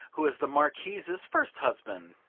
who was the marquise's first husband.